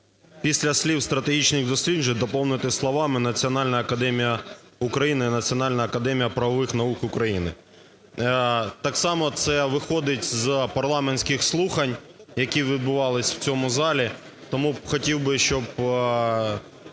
після слів "стратегічних досліджень" доповнити словами "Національна академія України і Національна академія правових наук України". Так само це виходить з парламентських слухань, які відбувались в цьому залі. Тому хотів би, щоб